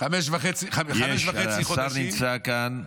חמישה וחצי חודשים, השר נמצא כאן.